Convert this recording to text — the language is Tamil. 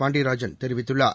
பாண்டியராஜன் தெரிவித்துள்ளார்